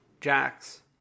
Jax